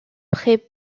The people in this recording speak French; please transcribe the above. près